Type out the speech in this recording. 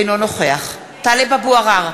אינו נוכח טלב אבו עראר,